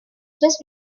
just